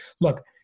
Look